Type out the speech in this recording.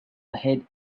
ahead